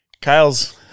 Kyle's